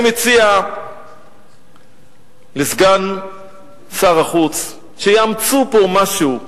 אני מציע לסגן שר החוץ שיאמצו פה משהו,